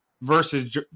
versus